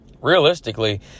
realistically